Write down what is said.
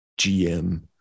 GM